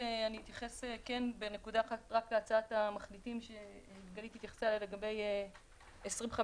אתייחס בנקודה אחת להצעת המחליטים שגלית התייחסה אליה לגבי 2050: